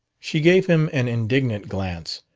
she gave him an indignant glance.